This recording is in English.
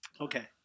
Okay